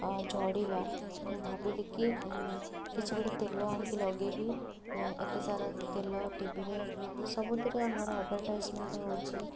ଆଁ ଝଡ଼ିଲା ଭାବିଲିକି କିଛିଗୋଟେ ତେଲ ଆଣିକି ଲଗାଇବି ଏତେସାରା ତେଲ ଟିଭିରେ ସବୁଥିରେ ମୋର ଆଡ଼ଭାଟାଇଜମେଣ୍ଟ ହେଉଛି